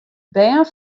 bern